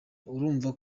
urumva